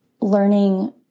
learning